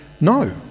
no